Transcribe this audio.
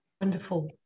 Wonderful